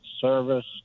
service